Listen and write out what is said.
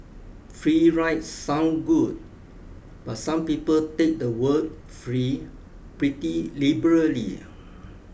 free ride sound good but some people take the word free pretty liberally